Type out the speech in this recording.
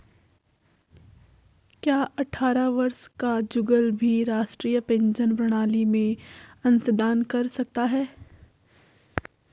क्या अट्ठारह वर्ष का जुगल भी राष्ट्रीय पेंशन प्रणाली में अंशदान कर सकता है?